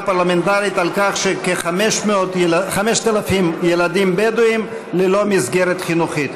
פרלמנטרית על כך שכ-5,000 ילדים בדואים ללא מסגרת חינוכית,